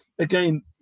Again